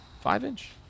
Five-inch